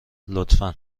لطفا